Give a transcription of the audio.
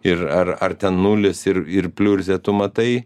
ir ar ar ten nulis ir ir pliurzė tu matai